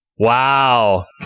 Wow